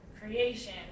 creation